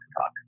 talk